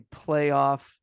playoff